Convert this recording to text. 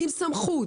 עם סמכות,